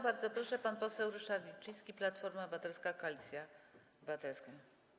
Bardzo proszę, pan poseł Ryszard Wilczyński, Platforma Obywatelska - Koalicja Obywatelska.